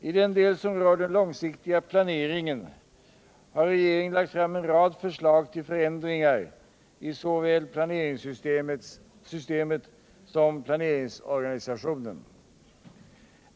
I den del som rör den långsiktiga planeringen har regeringen lagt fram en rad förslag till förändringar i såväl planeringssystemet som planeringsorganisationen.